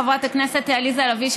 חברת הכנסת עליזה לביא,